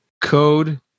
code